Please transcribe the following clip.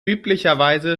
üblicherweise